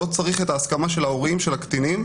לא צריך את ההסכמה של ההורים של הקטינים,